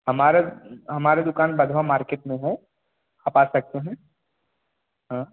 हमारा हमारा दुकान बधवा मार्केट में है आप आ सकते हैं हाँ